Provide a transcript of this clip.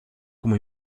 como